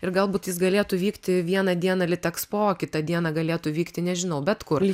ir galbūt jis galėtų vykti vieną dieną litexpo kitą dieną galėtų vykti nežinau bet kur